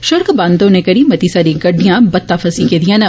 षिड़क बंद होने करी मती सारी गड़िडयां बत्ता फसी गेदियां न